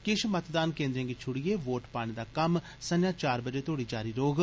किश मतदान केंद्रें गी छुड़िए वोट पाने दा कम्म संजा चार बजे तोड़ी जारी रोह्ग